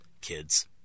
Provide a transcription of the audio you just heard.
kids